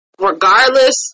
Regardless